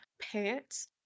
pants